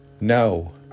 No